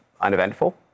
uneventful